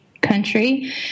country